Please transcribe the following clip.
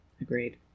Agreed